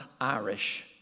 Irish